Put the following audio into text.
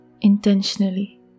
intentionally